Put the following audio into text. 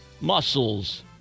muscles